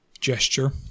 gesture